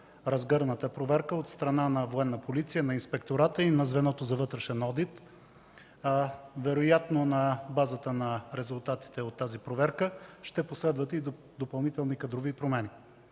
разгърната проверка от страна на Военна полиция, на Инспектората и на звеното за вътрешен одит. Вероятно на базата на резултатите от нея ще последват и допълнителни кадрови промени.